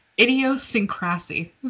Idiosyncrasy